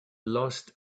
lost